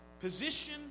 position